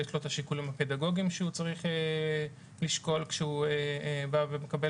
יש לו את השיקולים הפדגוגיים שהוא צריך לשקול כשהוא בא ומקבל